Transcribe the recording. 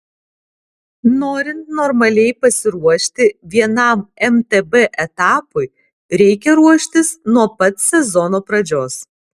norint normaliai pasiruošti vienam mtb etapui reikia ruoštis nuo pat sezono pradžios